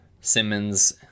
Simmons